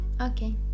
Okay